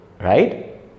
Right